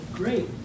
Great